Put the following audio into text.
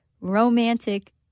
romantic